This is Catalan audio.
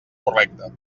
correcta